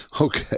Okay